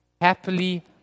happily